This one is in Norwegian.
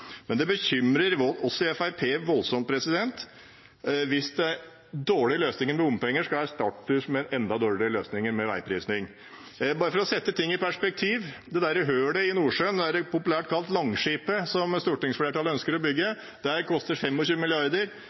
Men det bekymrer oss i Fremskrittspartiet voldsomt hvis den dårlige løsningen bompenger skal erstattes med den enda dårligere løsningen veiprising. Bare for å sette ting i perspektiv: Det der hullet i Nordsjøen, populært kalt Langskip, som stortingsflertallet ønsker å bygge, koster 25 mrd. kr. Elektrifisering av sokkelen, som er helt meningsløst, koster